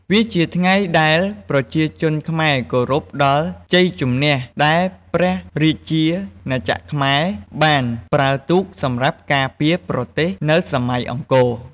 វាជាថ្ងៃដែលប្រជាជនខ្មែរគោរពដល់ជ័យជំនះដែលព្រះរាជាណាចក្រខ្មែរបានប្រើទូកសម្រាប់ការពារ ប្រទេសនៅសម័យអង្គរ។